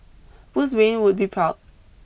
Bruce Wayne would be proud